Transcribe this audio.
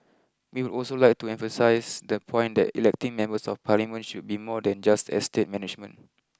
we would also like to emphasise the point that electing Members of Parliament should be more than just estate management